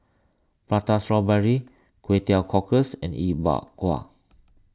Prata Strawberry Kway Teow Cockles and E Bua Gua